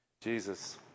Jesus